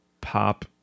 pop